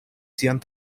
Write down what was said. sian